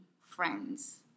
friends